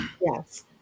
Yes